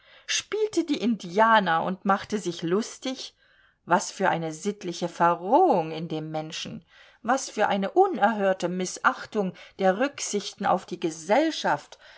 spielte die indianer und machte sich lustig was für eine sittliche verrohung in dem menschen was für eine unerhörte mißachtung der rücksichten auf die gesellschaft